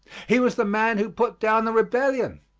he was the man who put down the rebellion.